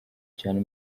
cyane